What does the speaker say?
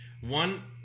One